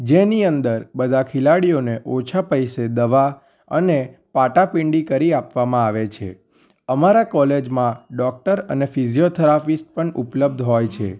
જેની અંદર બધા ખેલાડીઓને ઓછા પૈસે દવા અને પાટાપિંડી કરી આપવામાં આવે છે અમારા કોલેજમાં ડોક્ટર અને ફીઝીઓથેરાફિસ્ટ પણ ઉપલબ્ધ હોય છે છે